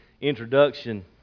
introduction